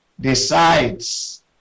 decides